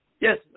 Yes